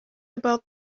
about